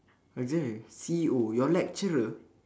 C_E_O your lecturer